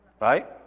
right